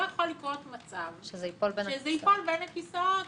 לא יכול לקרות מצב שזה ייפול בין הכיסאות